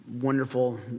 wonderful